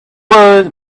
was